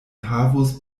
havus